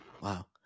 Wow